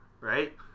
right